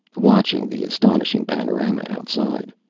watching the astonishing panorama outside.